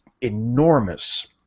enormous